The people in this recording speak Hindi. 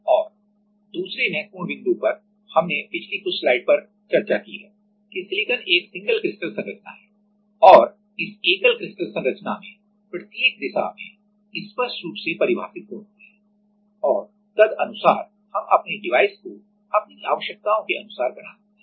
और दूसरे महत्वपूर्ण बिंदु पर हमने पिछली कुछ स्लाइड्स पर चर्चा की है कि सिलिकॉन एक सिंगल क्रिस्टल संरचना है और इस एकल क्रिस्टल संरचना में प्रत्येक दिशा में स्पष्ट रूप से परिभाषित गुण होते हैं और तदनुसार हम अपनी डिवाइस को अपनी आवश्यकताओं के अनुसार बना सकते हैं